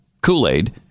Kool-Aid